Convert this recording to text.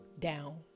down